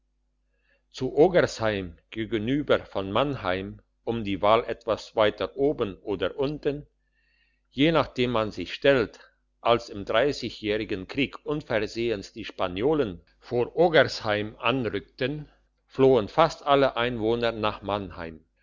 zu oggersheim gegenüber von mannheim um die wahl etwas weiter oben oder unten je nachdem man sich stellt als im dreissigjährigen krieg unversehens die spaniolen vor oggersheim anrückten flohen fast alle einwohner nach mannheim